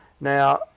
Now